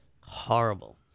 Horrible